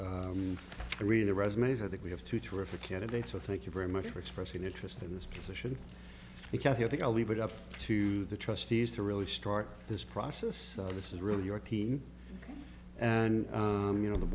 three of the resumes that we have two terrific candidates or thank you very much for expressing interest in this position which i think i'll leave it up to the trustees to really start this process so this is really your team and you know the